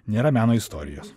nėra meno istorijos